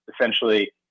essentially